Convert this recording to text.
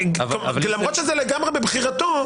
ולמרות שזה לגמרי לבחירתו,